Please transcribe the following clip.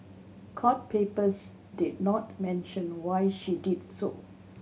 court papers did not mention why she did so